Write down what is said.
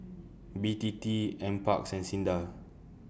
B T T NParks and SINDA